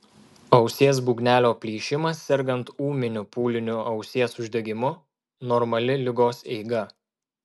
ausies būgnelio plyšimas sergant ūminiu pūliniu ausies uždegimu normali ligos eiga